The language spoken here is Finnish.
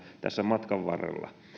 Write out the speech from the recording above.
tässä matkan varrella oli kiistatonta